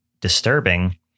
disturbing